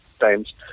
times